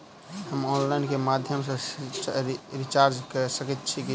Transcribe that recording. हम ऑनलाइन केँ माध्यम सँ रिचार्ज कऽ सकैत छी की?